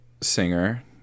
singer